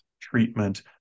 treatment